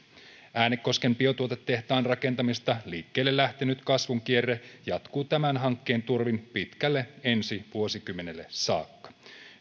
äänekosken biotuotetehtaan rakentamisesta liikkeelle lähtenyt kasvun kierre jatkuu tämän hankkeen turvin pitkälle ensi vuosikymmenelle saakka